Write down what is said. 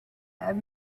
have